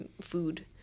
food